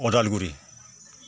Udalguri